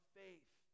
faith